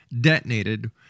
detonated